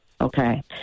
okay